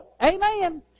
Amen